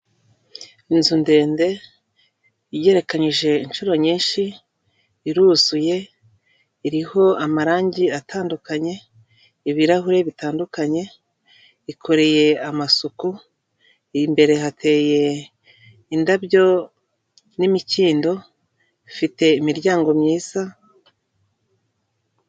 Inzu ndende ijyerekanyije inshuro nyinshi, iruzuye, iriho amarangi atandukanye, ibirahure bitandukanye, ikoreye amasuku, imbere hateye indabyo n'imikindo, ifite imiryango myiza.